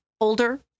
older